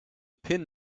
pin